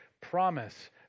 promise